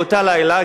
באותו לילה,